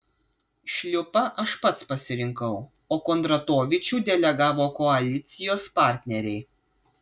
šliupą aš pats pasirinkau o kondratovičių delegavo koalicijos partneriai